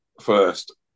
first